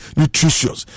nutritious